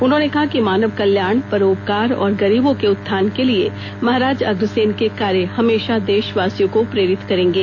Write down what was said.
उन्होंने कहा कि मानव कल्याण परोपकार और गरीबों के उत्थान के लिए महाराज अग्रसेन के कार्य हमेशा देशवासियों को प्रेरित करेंगे